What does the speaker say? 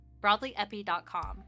BroadlyEpi.com